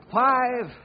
five